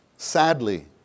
Sadly